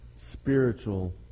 spiritual